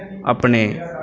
ਆਪਣੇ